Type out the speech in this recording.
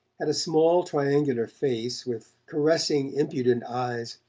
had a small triangular face with caressing impudent eyes,